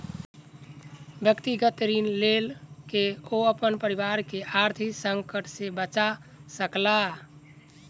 व्यक्तिगत ऋण लय के ओ अपन परिवार के आर्थिक संकट से बचा सकला